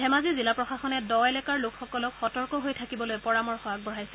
ধেমাজি জিলা প্ৰশাসনে দ এলেকাৰ লোকসকলক সতৰ্ক হৈ থাকিবলৈ পৰামৰ্শ আগবঢ়াইছে